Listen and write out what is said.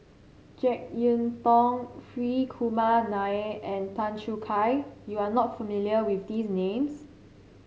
JeK Yeun Thong Hri Kumar Nair and Tan Choo Kai you are not familiar with these names